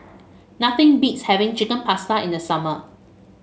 nothing beats having Chicken Pasta in the summer